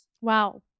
Wow